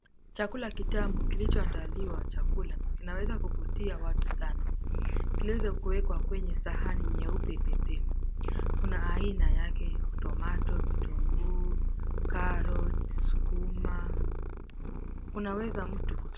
Chakula kitamu kilichoandaliwa. Chakula kinaweza kuvutia watu sana, kiliweza kuwekwa kwenye sahani nyeupe pepepe kuna aina yake tomato, vitunguu, karoti, sukuma, kunaweza mtu.